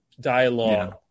dialogue